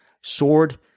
sword